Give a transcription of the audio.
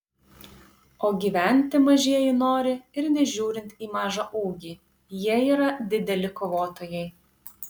o gyventi mažieji nori ir nežiūrint į mažą ūgį jie yra dideli kovotojai